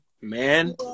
man